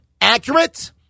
accurate